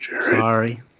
Sorry